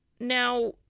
Now